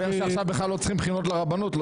מסתבר שעכשיו בכלל לא צריכים בחינות לרבנות.